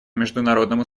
международному